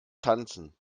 tanzen